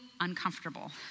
uncomfortable